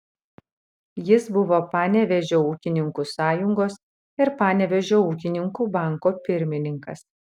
jis buvo panevėžio ūkininkų sąjungos ir panevėžio ūkininkų banko pirmininkas